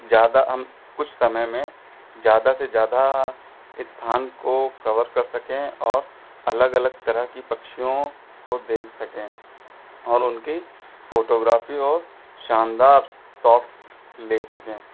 ज़्यादा हम कुछ समय में ज़्यादा से ज़्यादा स्थान को कवर कर सकें और अलग अलग तरह की पक्षियों को देख सकें और उनकी फ़ोटोग्राफी और शानदार सोट्स ले सकें